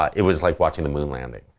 it was like watching the moon landing.